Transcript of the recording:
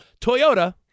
Toyota